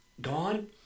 gone